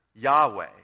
Yahweh